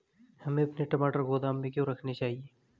हमें अपने टमाटर गोदाम में क्यों रखने चाहिए?